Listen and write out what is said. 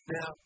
Now